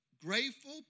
Grateful